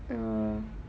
um